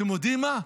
אתם יודעים מה?